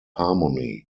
harmony